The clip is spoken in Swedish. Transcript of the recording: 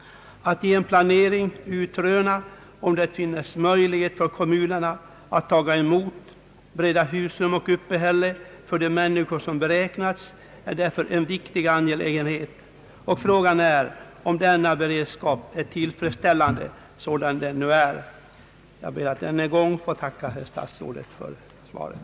Att i en planering utröna om det finns möjlighet för kommunerna att ta emot och bereda husrum och uppehälle för det beräknade antalet människor är därför en viktig angelägenhet, och fråga är om denna beredskap är tillfredsställande sådan den nu är. Jag ber att än en gång få tacka herr statsrådet för svaret.